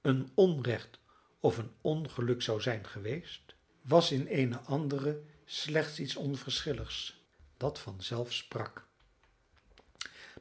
een onrecht of een ongeluk zou zijn geweest was in eene andere slechts iets onverschilligs dat vanzelf sprak